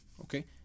Okay